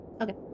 Okay